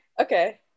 Okay